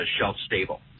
shelf-stable